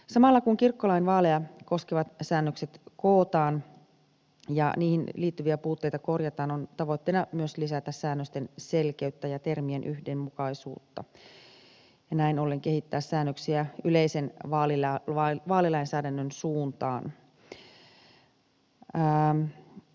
samalla kun kirkkolain vaaleja koskevat säännökset kootaan ja niihin liittyviä puutteita korjataan on tavoitteena myös lisätä säännösten selkeyttä ja termien yhdenmukaisuutta ja näin ollen kehittää säännöksiä yleisen vaalilainsäädännön suuntaan